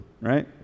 right